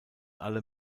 alle